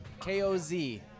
K-O-Z